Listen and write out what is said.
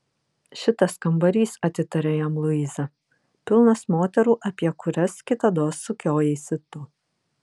šitas kambarys atitarė jam luiza pilnas moterų apie kurias kitados sukiojaisi tu